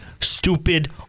stupid